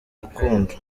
rukundo